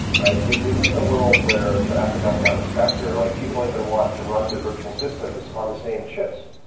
like we live in a world where you know after meltdown inspector, like people don't even want to run their virtual systems on the same chips.